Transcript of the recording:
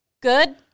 Good